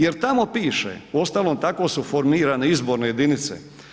Jer tamo piše, uostalom, tako su formirane izborne jedinice.